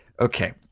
okay